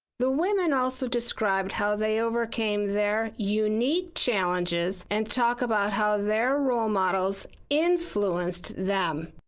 the women also described how they overcame their unique challenges and talked about how their role models influenced them.